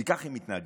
כי כך הם מתנהגים,